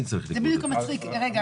זה בדיוק המצחיק --- מי צריך לגבות את המס?